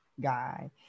guy